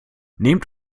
nehmt